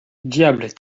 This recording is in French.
diable